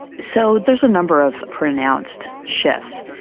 so there's a number of pronounced shifts.